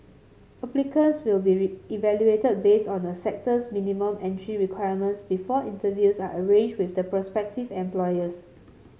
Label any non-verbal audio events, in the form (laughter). applicants will be (unintelligible) evaluated based on a sector's minimum entry requirements before interviews are arranged with the prospective employers